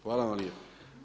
Hvala vam lijepo.